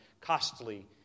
costly